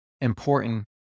important